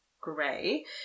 Gray